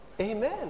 amen